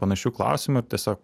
panašių klausimų ir tiesiog